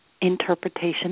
interpretation